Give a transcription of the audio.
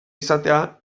izatea